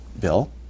bill